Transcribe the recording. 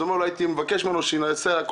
האדם אמר: הייתי מבקש ממנו שינסה לעשות